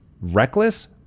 reckless